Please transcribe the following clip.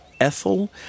Ethel